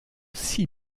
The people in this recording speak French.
six